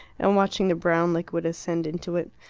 and watching the brown liquid ascend into it.